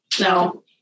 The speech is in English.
no